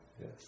Yes